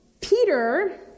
Peter